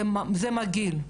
זה מגעיל.